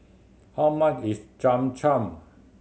how much is Cham Cham